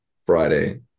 Friday